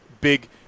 Big